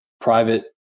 private